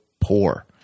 poor